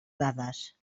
dades